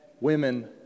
women